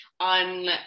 on